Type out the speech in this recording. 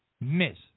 miss